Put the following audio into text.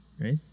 right